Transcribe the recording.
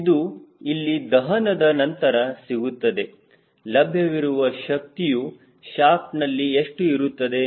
ಇದು ಇಲ್ಲಿ ದಹನದ ನಂತರ ಸಿಗುತ್ತದೆ ಲಭ್ಯವಿರುವ ಶಕ್ತಿಯು ಶಾಫ್ಟ್ನಲ್ಲಿ ಎಷ್ಟು ಇರುತ್ತದೆ